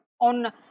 on